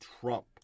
Trump